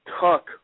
Tuck